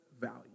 value